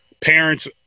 parents